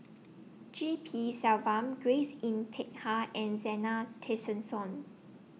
G P Selvam Grace Yin Peck Ha and Zena Tessensohn